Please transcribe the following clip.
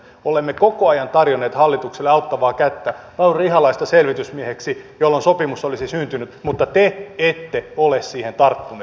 olemme koko ajan tarjonneet hallitukselle auttavaa kättä lauri ihalaista selvitysmieheksi jolloin sopimus olisi syntynyt mutta te ette ole siihen tarttuneet